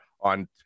on